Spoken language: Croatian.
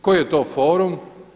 Koji je to forum?